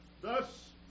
thus